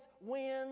wins